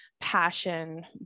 passion